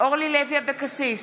אורלי לוי אבקסיס,